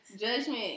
Judgment